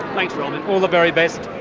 thanks robyn. all the very best.